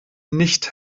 nicht